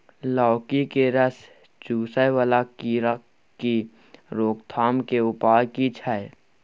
लौकी के रस चुसय वाला कीरा की रोकथाम के उपाय की छै?